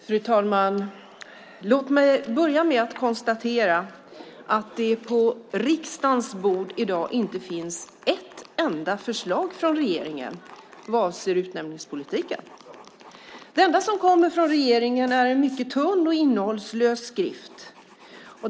Fru talman! Låt mig börja med att konstatera att det på riksdagens bord i dag inte finns ett enda förslag från regeringen vad avser utnämningspolitiken. Det enda som kommer från regeringen är en mycket tunn och innehållslös skrift.